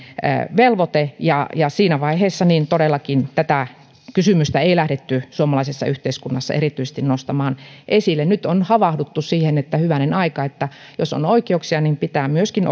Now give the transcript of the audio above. velvoite ja siinä vaiheessa tätä kysymystä ei todellakaan lähdetty suomalaisessa yhteiskunnassa erityisesti nostamaan esille nyt on havahduttu siihen että hyvänen aika jos on oikeuksia niin pitää myöskin